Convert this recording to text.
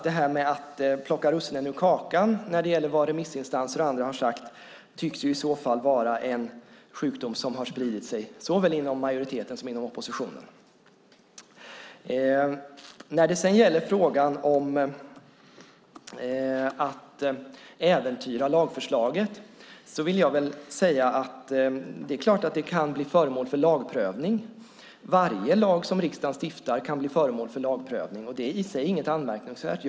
Det här med att plocka russinen ur kakan när det gäller vad remissinstanser och andra har sagt tycks alltså vara en sjukdom som har spridit sig inom såväl majoriteten som oppositionen. När det sedan gäller frågan om att äventyra lagförslaget vill jag säga att det är klart att det kan bli föremål för lagprövning. Varje lag som riksdagen stiftar kan bli föremål för lagprövning, och det är i sig inget anmärkningsvärt.